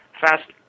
FAST